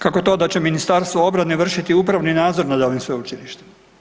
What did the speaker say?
Kako to da će Ministarstvo obrane vršiti upravni nadzor nad ovim sveučilištem?